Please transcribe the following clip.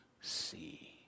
see